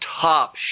top